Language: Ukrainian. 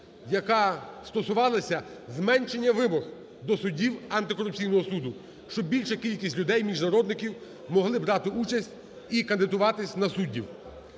яка стосувалася зменшення вимог до суддів антикорупційного суду. Щоб більша кількість людей, міжнародників, могли брати участь і кандидатуватись на суддів.